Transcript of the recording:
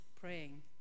praying